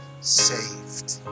saved